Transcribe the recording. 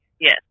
Yes